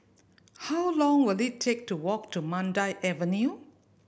how long will it take to walk to Mandai Avenue